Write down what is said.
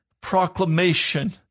proclamation